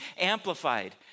Amplified